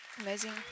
amazing